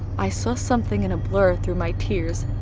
i saw something in a blur through my tears,